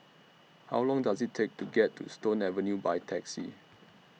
How Long Does IT Take to get to Stone Avenue By Taxi